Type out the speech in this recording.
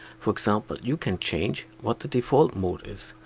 for example you can change what the default mode is.